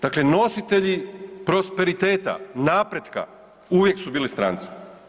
Dakle, nositelji prosperiteta, napretka, uvijek su bili stranci.